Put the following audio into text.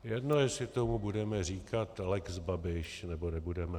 Je jedno, jestli tomu budeme říkat lex Babiš, nebo nebudeme.